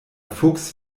fuchs